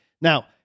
Now